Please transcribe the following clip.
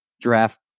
Draft